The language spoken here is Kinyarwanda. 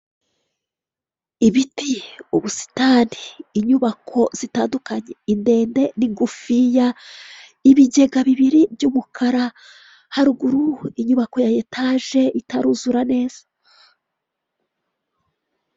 Ibiti, ubusitaniri, inyubako zitandukanye indende n'igufiya, ibigega bibiri by'umukara, haruguru inyubako ya etage itaruzura neza.